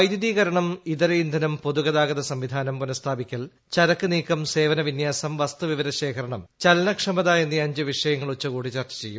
വൈദ്യുതീകരണം ഇതര ഇന്ധനം പൊതൂഗതാഗത സംവിധാനം പുനസ്ഥാപിക്കൽ ചരക്ക് നീക്കം സേപ്പിന് വിന്യാസം വസ്തുവിവര ശേഖരണം ചലനക്ഷമത് എന്നീ അഞ്ച് വിഷയങ്ങൾ ഉച്ചകോടി ചർച്ച ചെയ്യും